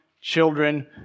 children